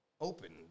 Open